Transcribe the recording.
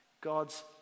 God's